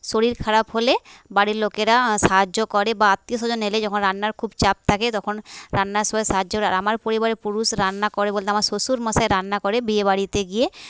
শরীর খারাপ হলে বাড়ির লোকেরা সাহায্য করে বা আত্মীয় স্বজন এলে যখন রান্নার খুব চাপ থাকে তখন রান্নার সবাই সাহায্য আর আমার পরিবারে পুরুষ রান্না করে বলতে আমার শ্বশুরমশাই রান্না করে বিয়ে বাড়িতে গিয়ে